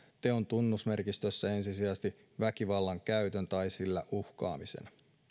teon tunnusmerkistössä ensisijaiseksi väkivallan käytön tai sillä uhkaamisen